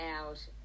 out